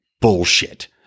bullshit